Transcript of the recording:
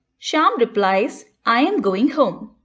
shyam replies, i am going home.